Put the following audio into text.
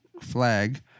flag